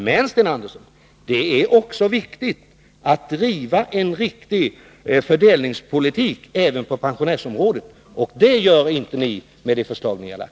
Men det är viktigt att driva en riktig fördelningspolitik även på pensionsområdet, och det gör inte ni med det förslag som ni har lagt.